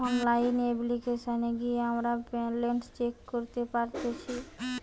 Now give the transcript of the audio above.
online অপ্লিকেশনে গিয়ে আমরা ব্যালান্স চেক করতে পারতেচ্ছি